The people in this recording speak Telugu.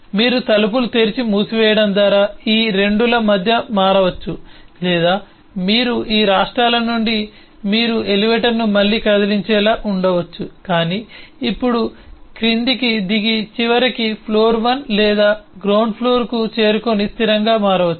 మీరు తలుపులు తెరిచి మూసివేయడం ద్వారా ఈ 2 ల మధ్య మారవచ్చు లేదా మీరు ఈ రాష్ట్రాల నుండి మీరు ఎలివేటర్ను మళ్లీ కదిలించేలా ఉంచవచ్చు కానీ ఇప్పుడు క్రిందికి దిగి చివరికి ఫ్లోర్ 1 లేదా గ్రౌండ్ ఫ్లోర్కు చేరుకుని స్థిరంగా మారవచ్చు